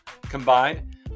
Combined